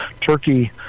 Turkey